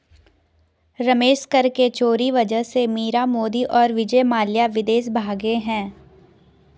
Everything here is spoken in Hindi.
रमेश कर के चोरी वजह से मीरा मोदी और विजय माल्या विदेश भागें हैं